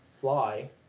fly